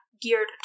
geared